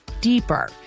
deeper